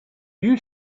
you